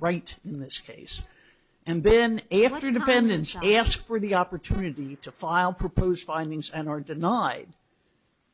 right in this case and then after dependency asked for the opportunity to file proposed findings and are denied